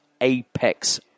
Apex